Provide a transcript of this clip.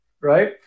right